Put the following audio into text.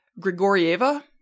Grigorieva